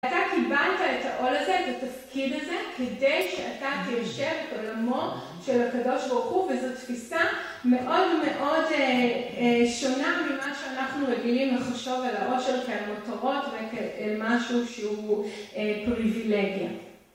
אתה קיבלת את העול הזה, את התפקיד הזה, כדי שאתה תיישב בעולמו של הקדוש ברוך הוא וזו תפיסה מאוד מאוד שונה ממה שאנחנו רגילים לחשוב על האושר כעל מוטרות, ועל משהו שהוא פריבילגיה.